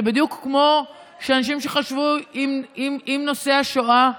זה בדיוק כמו שחשבו עם נושא השואה,